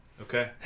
Okay